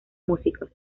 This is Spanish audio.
músicos